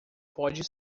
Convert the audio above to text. pode